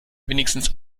wenigstens